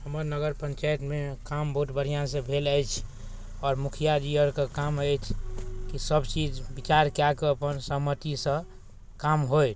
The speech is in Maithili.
हमर नगर पञ्चायतमे काम बहुत बढ़िआँ से भेल अछि आओर मुखिआजी आओरके काम अछि कि सबचीज विचार कऽ कऽ सहमतिसँ काम होइ